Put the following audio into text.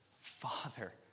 Father